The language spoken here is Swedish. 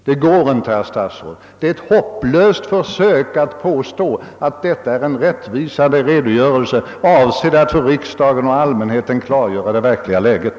— Det är hopplöst att försöka påstå, herr statsråd, att detta är en rättvisande redogörelse, avsedd att för allmänheten och riksdagen klargöra det verkliga läget.